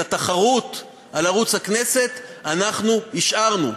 את התחרות על ערוץ הכנסת השארנו.